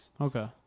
Okay